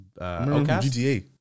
GTA